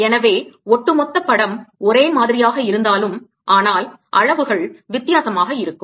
எனவே ஒட்டுமொத்த படம் ஒரே மாதிரியாக இருந்தாலும் ஆனால் அளவுகள் வித்தியாசமாக இருக்கும்